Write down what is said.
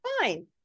fine